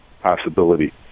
possibility